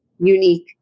unique